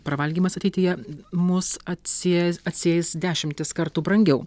pravalgymas ateityje mus atsijęs atsieis dešimtis kartų brangiau